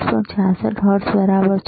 66 hertz બરાબર છે